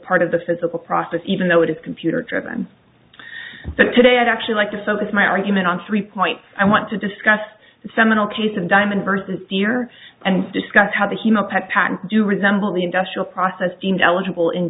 part of the physical process even though it is computer driven that today i'd actually like to focus my argument on three points i want to discuss the seminal case of diamond versus deer and discuss how the human patent do resemble the industrial process in eligible in